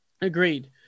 Agreed